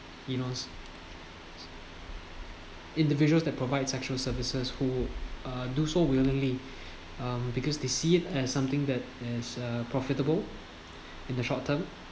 in most individual that provide sexual services who uh do so willingly um because they see it as something that as a profitable in the short term